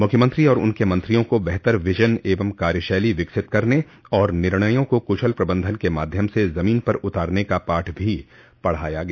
मुख्यमंत्री और उनके मंत्रियों को बेहतर विजन एवं कार्यशैली विकसित करने और निर्णयों को कुशल प्रबंधन के माध्यम से जमीन पर उतारने का पाठ भी पढ़ाया गया